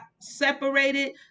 separated